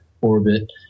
orbit